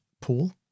pool